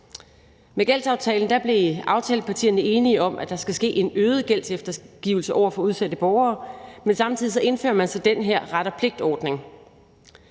Med gældsaftalen blev aftalepartierne enige om, at der skal ske en øget gældseftergivelse over for udsatte borgere, men samtidig indfører man så den her ret og pligt-ordning.